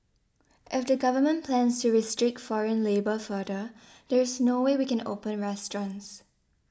if the Government plans to restrict foreign labour further there is no way we can open restaurants